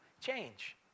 Change